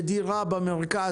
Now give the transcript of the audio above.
ודירה במרכז,